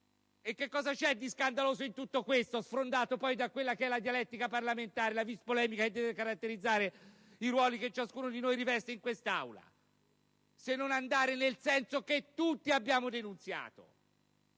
Cosa c'è di scandaloso in tutto questo, dopo aver sfrondato la dialettica parlamentare e la *vis* polemica che deve caratterizzare i ruoli che ciascuno di noi riveste in quest'Aula, se non andare nel senso che tutti abbiamo denunziato?